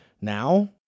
Now